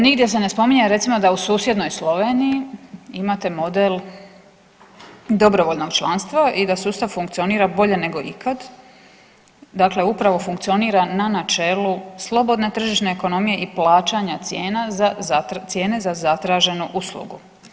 Nigdje se ne spominje, recimo da u susjednoj Sloveniji imate model dobrovoljnog članstva i da sustav funkcionira bolje nego ikad, dakle upravo funkcionira na načelu slobodne tržišne ekonomije i plaćanja cijena za zatraženu uslugu.